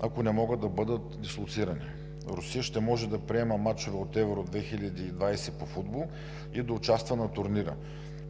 ако не могат да бъдат дислоцирани. Русия ще може да приема мачове от Евро 2020 по футбол и да участва на турнира.